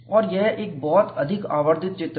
और यह एक बहुत अधिक आवर्धित चित्र है